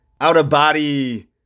out-of-body